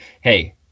Hey